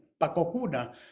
Pakokuna